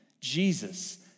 Jesus